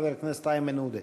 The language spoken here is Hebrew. חבר הכנסת איימן עודה.